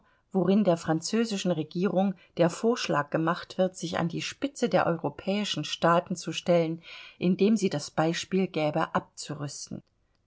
worin der französischen regierung der vorschlag gemacht wird sich an die spitze der europäischen staaten zu stellen indem sie das beispiel gäbe abzurüsten